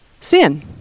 sin